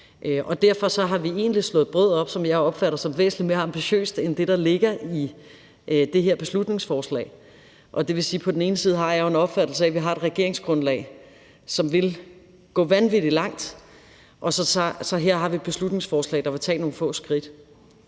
Derfor har vi egentlig slået et brød op, som jeg opfatter som væsentligt mere ambitiøst end det, det ligger i det her beslutningsforslag, og det vil sige, at jeg på den ene side har en opfattelse af, at vi har et regeringsgrundlag, hvor man vil gå vanvittig langt, mens vi her har et beslutningsforslag, der vil tage nogle få skridt.